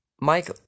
Mike